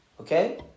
Okay